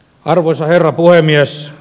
arvoisa herra puhemies